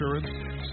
insurance